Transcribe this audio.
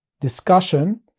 discussion